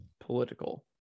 political